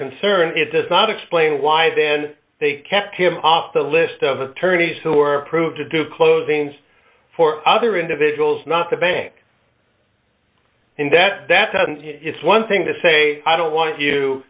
concern it does not explain why then they kept him off the list of attorneys who were approved to do closings for other individuals not the bank and that it's one thing to say i don't want you